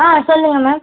ஆ சொல்லுங்கள் மேம்